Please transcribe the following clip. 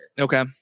Okay